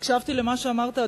הקשבתי למה שאמרת,